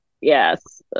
Yes